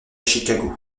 chicago